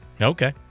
Okay